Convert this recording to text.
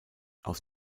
aus